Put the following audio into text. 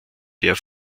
der